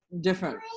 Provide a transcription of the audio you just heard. different